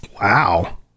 Wow